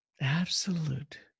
Absolute